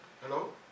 Hello